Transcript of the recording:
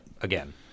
again